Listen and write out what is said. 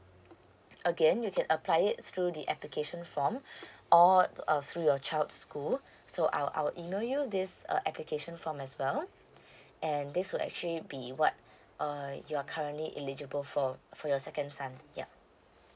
again you can apply it through the application form or uh through your child's school so I'll I'll email you this uh application form as well and this would actually be what err you're currently eligible for for your second son ya